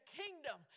kingdom